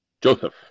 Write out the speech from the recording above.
Joseph